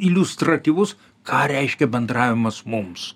iliustratyvus ką reiškia bendravimas mums